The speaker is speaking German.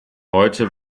heute